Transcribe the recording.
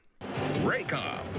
Raycom